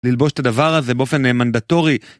ללבוש את הדבר הזה באופן מנדטורי.